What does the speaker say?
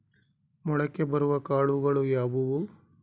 ಮೊಳಕೆ ಬರುವ ಕಾಳುಗಳು ಯಾವುವು?